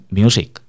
music